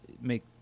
make